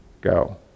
go